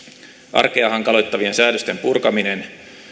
arkea hankaloittavien säädösten purkaminen